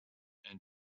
and